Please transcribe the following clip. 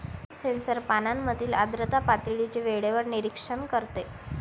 leaf sensor पानांमधील आर्द्रता पातळीचे वेळेवर निरीक्षण करते